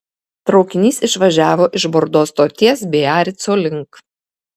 traukinys išvažiavo iš bordo stoties biarico link